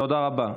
תודה רבה.